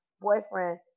boyfriend